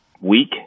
week